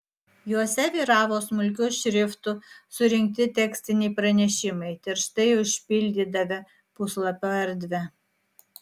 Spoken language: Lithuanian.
juose vyravo smulkiu šriftu surinkti tekstiniai pranešimai tirštai užpildydavę puslapio erdvę